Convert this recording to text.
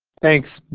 thanks.